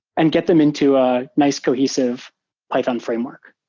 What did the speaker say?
and get them into a nice cohesive python framework.